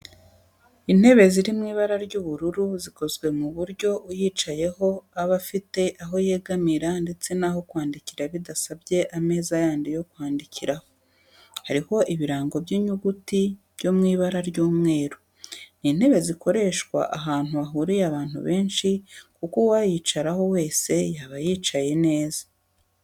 Intebe ziri mu ibara ry'ubururu zikozwe ku buryo uyicayeho aba afite aho yegamira ndetse n'aho kwandikira bidasabye ameza yandi yo kwandikiraho, hariho ibirango by'inyuguti byo mu ibara ry'umweru. Ni intebe zakoreshwa ahantu hahuriye abantu benshi kuko uwayicaraho wese yaba yicaye neza.